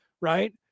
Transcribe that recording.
Right